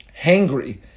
hangry